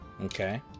Okay